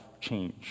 change